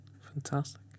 Fantastic